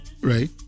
right